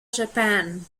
japan